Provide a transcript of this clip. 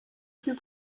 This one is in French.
plus